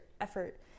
effort